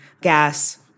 gas